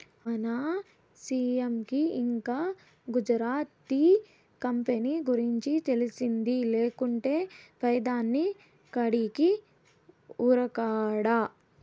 మన సీ.ఎం కి ఇంకా గుజరాత్ టీ కంపెనీ గురించి తెలిసింది లేకుంటే పెదాని కాడికి ఉరకడా